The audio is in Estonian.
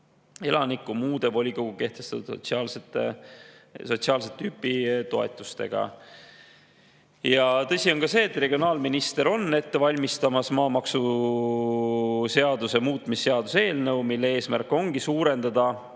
elanikku muude volikogu kehtestatud sotsiaalset tüüpi toetustega. Tõsi on ka see, et regionaalminister on ette valmistamas maamaksuseaduse muutmise seaduse eelnõu, mille eesmärk on suurendada